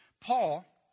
Paul